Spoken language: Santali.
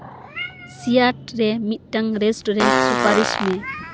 ᱥᱤᱭᱟᱴ ᱨᱮ ᱢᱤᱫᱴᱟᱝ ᱨᱮᱥᱴᱩᱨᱮᱱᱴ ᱥᱩᱯᱟᱨᱤᱥ ᱢᱮ